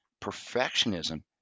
Perfectionism